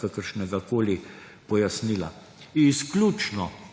kakršnegakoli pojasnila. Izključno